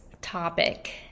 topic